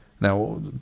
Now